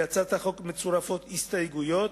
להצעת החוק מצורפות הסתייגויות.